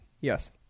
Yes